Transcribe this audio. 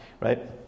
right